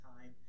time